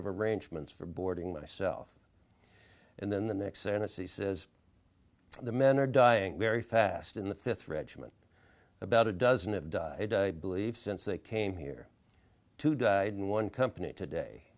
of arrangements for boarding myself and then the next and as he says the men are dying very fast in the fifth regiment about a dozen have died i believe since they came here two died in one company today